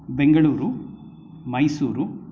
Bengaluru Mysuru